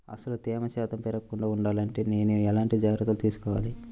అసలు తేమ శాతం పెరగకుండా వుండాలి అంటే నేను ఎలాంటి జాగ్రత్తలు తీసుకోవాలి?